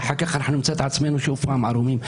ואחר כך נמצא עצמנו שוב ערומים.